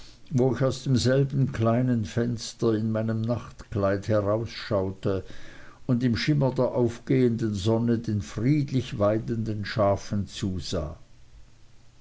wo ich aus demselben kleinen fenster in meinem nachtkleid herausschaute und im schimmer der aufgehenden sonne den friedlich weidenden schafen zusah